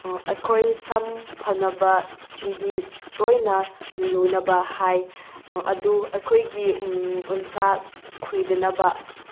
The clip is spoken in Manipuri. ꯑꯩꯈꯣꯏ ꯁꯝ ꯐꯅꯕ ꯆꯤꯡꯍꯤ ꯇꯣꯏꯅ ꯂꯨꯅꯕ ꯍꯥꯏ ꯑꯗꯨ ꯑꯩꯈꯣꯏꯒꯤ ꯎꯝ ꯎꯟꯁꯥ ꯈꯨꯏꯗꯅꯕ